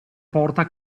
porta